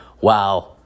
wow